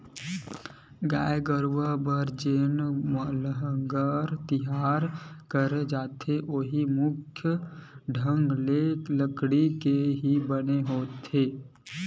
गाय गरुवा बर जेन लांहगर तियार करे जाथे ओहा मुख्य ढंग ले लकड़ी के ही बने होय होथे